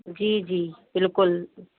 جی جی بالکل